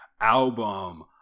album